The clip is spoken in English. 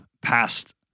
past